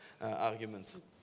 argument